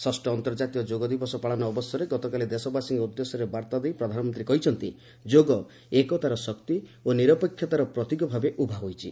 ଷଷ୍ଠ ଅନ୍ତର୍ଜାତୀୟ ଯୋଗ ଦିବସ ପାଳନ ଅବସରରେ ଗତକାଲି ଦେଶବାସୀଙ୍କ ଉଦ୍ଦେଶ୍ୟରେ ବାର୍ତ୍ତା ଦେଇ ପ୍ରଧାନମନ୍ତ୍ରୀ କହିଛନ୍ତି ଯୋଗ ଏକତାର ଶକ୍ତି ଓ ନିରପେକ୍ଷତାର ପ୍ରତୀକ ଭାବେ ଉଭା ହୋଇଛି